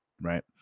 right